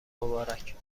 مبارک